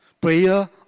Prayer